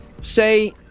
say